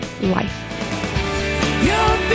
life